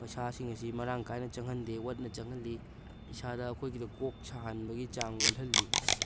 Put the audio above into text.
ꯄꯩꯁꯥꯁꯤꯡ ꯑꯁꯤ ꯃꯔꯥꯡ ꯀꯥꯏꯅ ꯆꯪꯍꯟꯗꯦ ꯋꯥꯠꯅ ꯆꯪꯍꯜ ꯏꯁꯥꯗ ꯑꯩꯈꯣꯏꯒꯤꯗ ꯀꯣꯛ ꯁꯥꯍꯟꯕꯒꯤ ꯆꯥꯡ ꯋꯥꯠꯍꯜꯂꯤ